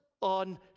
on